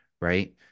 Right